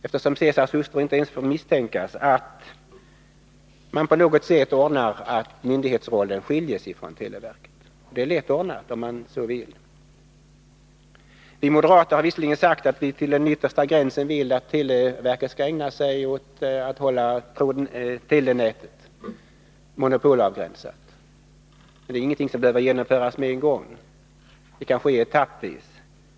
Eftersom Caesars hustru inte ens får misstänkas, är det mycket viktigt att man på något sätt ordnar det så, att myndighetsrollen skiljs från televerket. Det är lätt ordnat, om man bara vill. Vi moderater har visserligen sagt att vi till den yttersta gränsen vill att televerket skall ägna sig åt att hålla telenätet monopolavgränsat, men det behöver inte genomföras med en gång. Det kan ske etappvis.